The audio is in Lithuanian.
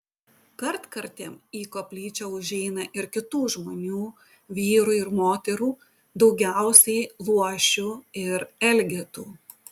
kartkartėm į koplyčią užeina ir kitų žmonių vyrų ir moterų daugiausiai luošių ir elgetų